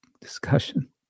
discussion